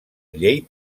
llei